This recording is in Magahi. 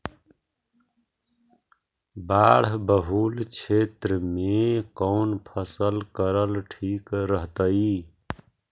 बाढ़ बहुल क्षेत्र में कौन फसल करल ठीक रहतइ?